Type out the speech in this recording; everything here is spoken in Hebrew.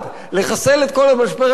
לחסל את כל המשבר הכלכלי,